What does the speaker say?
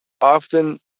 often